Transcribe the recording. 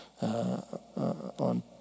on